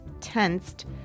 tensed